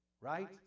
right